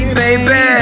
baby